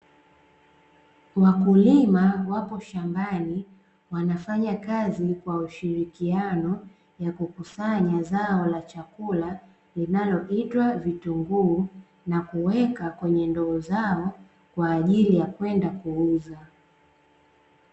Wakulima wapo shambani wanafanya kazi kwa ushirikiano, na kukusanya zao la chakula linaloitwa vitunguu, na kuweka kwenye ndoo zao kwa ajili ya kwenda kuuza.